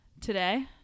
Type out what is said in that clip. Today